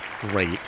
great